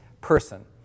person